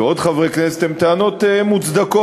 ועוד חברי כנסת, הן טענות מוצדקות.